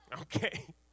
Okay